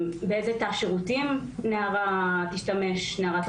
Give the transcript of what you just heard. באיזה תא שירותים נערה טרנסג'נדרית